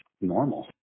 normal